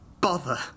Bother